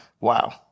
Wow